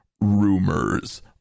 rumors